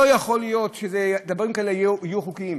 לא יכול להיות שדברים כאלה יהיו חוקיים.